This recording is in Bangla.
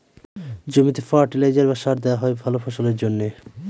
জমিতে ফার্টিলাইজার বা সার দেওয়া হয় ভালা ফসলের জন্যে